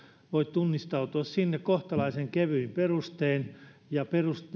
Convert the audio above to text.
tunnistautua sinne kohtalaisen kevyin perustein ja